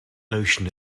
notion